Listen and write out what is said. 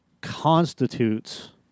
constitutes